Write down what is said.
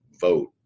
vote